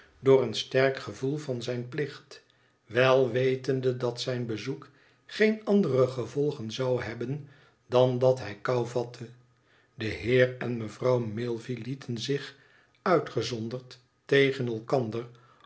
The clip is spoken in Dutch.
door een sterk gevoel van zijn plicht wel wetende dat zijn bezoek geen andere gevolgen zou hebben dan dat hij kou vatte de heer en mevrouw milvey heten zich uitgezonderd tegen elkander